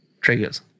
Triggers